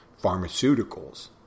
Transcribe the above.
pharmaceuticals